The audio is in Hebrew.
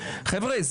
חבר'ה,